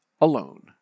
alone